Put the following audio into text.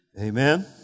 Amen